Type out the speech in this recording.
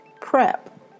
prep